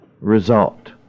result